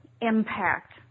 impact